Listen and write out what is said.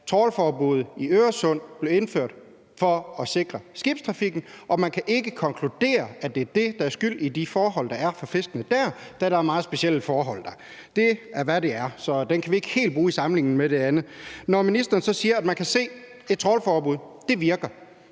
trawlforbuddet i Øresund blev indført for at sikre skibstrafikken, og at man ikke kan konkludere, at det er det, der er skyld i de forhold, der er for fiskene der, da der er meget specielle forhold. Det er, hvad det er, så det kan vi ikke helt bruge i forbindelse med det andet. Når ministeren siger, at man kan se, at et trawlforbud virker,